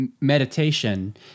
meditation